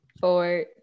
four